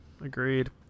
Agreed